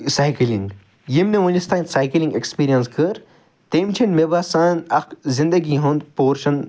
cycling یٔمۍ نہٕ وُنِس تانۍ سایکٕلِنٛگ ایٚکٕسپیٖریَنٕس کٔر تٔمۍ چھَنہٕ مےٚ باسان اَکھ زندگی ہُنٛد پورشَن